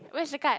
where's the card